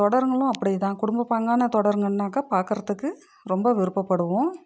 தொடர்களும் அப்படிதான் குடும்ப பாங்கான தொடருங்கனாக்க பார்க்கறதுக்கு ரொம்ப விருப்பப்படுவோம்